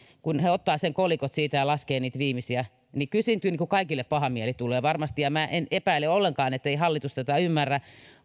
kun he ottavat ne kolikot siitä ja laskevat niitä viimeisiä niin kyllä siitä kaikille paha mieli tulee varmasti en epäile ollenkaan etteikö hallitus tätä ymmärrä